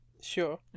Sure